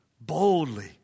boldly